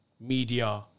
Media